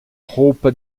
roupa